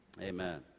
Amen